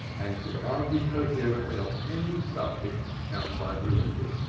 and could argue coherently on any subject outside religion.